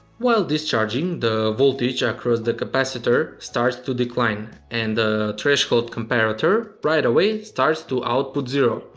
while discharging the voltage across the capacitor starts to decline and the threshold comparator right away it starts to output zero,